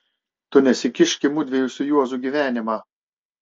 tu nesikišk į mudviejų su juozu gyvenimą